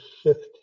shift